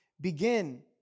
begin